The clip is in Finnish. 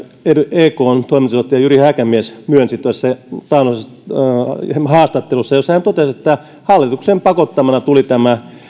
ekn toimitusjohtaja jyri häkämies myönsi tuossa taannoisessa haastattelussa jossa hän totesi että hallituksen pakottamana tuli tämä